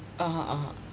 (uh huh) (uh huh)